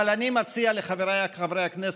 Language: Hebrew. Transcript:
אבל אני מציע לחבריי חברי הכנסת,